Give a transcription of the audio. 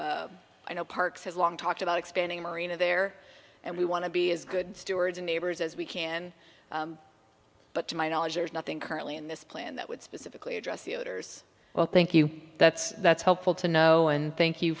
know i know parks has long talked about expanding marina there and we want to be as good stewards of neighbors as we can but to my knowledge there's nothing currently in this plan that would specifically address the odors well thank you that's that's helpful to know and thank you